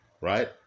right